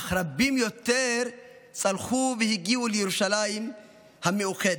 אך רבים יותר צלחו והגיעו לירושלים המאוחדת,